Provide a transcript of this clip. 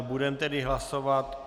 Budeme tedy hlasovat.